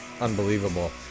unbelievable